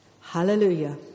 Hallelujah